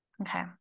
okay